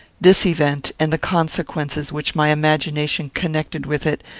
this event, and the consequences which my imagination connected with it,